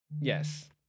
yes